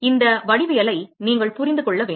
இந்த வடிவவியலை நீங்கள் புரிந்து கொள்ள வேண்டும்